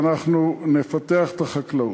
ואנחנו נפתח את החקלאות.